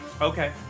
Okay